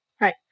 right